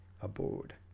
aboard